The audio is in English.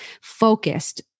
focused